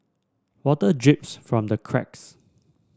water drips from the cracks